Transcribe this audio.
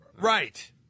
Right